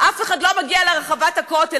אף אחד לא מגיע לרחבת הכותל,